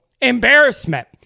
embarrassment